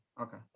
Okay